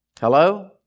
Hello